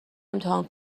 امتحان